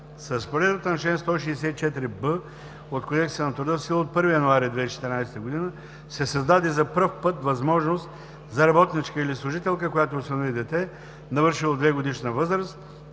С разпоредбата на чл. 164б от Кодекса на труда, в сила от 1 януари 2014 г., се създаде за първи път възможност за работничка или служителка, която осинови дете, навършило 2-годишна възраст